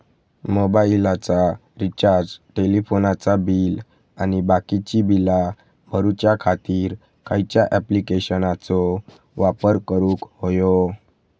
मोबाईलाचा रिचार्ज टेलिफोनाचा बिल आणि बाकीची बिला भरूच्या खातीर खयच्या ॲप्लिकेशनाचो वापर करूक होयो?